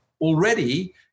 already